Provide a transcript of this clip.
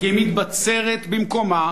כי היא מתבצרת במקומה